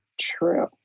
true